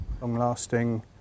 long-lasting